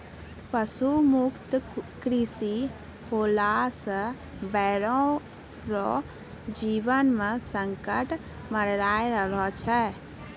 पशु मुक्त कृषि होला से बैलो रो जीवन मे संकट मड़राय रहलो छै